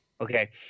Okay